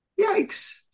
Yikes